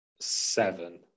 seven